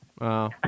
Wow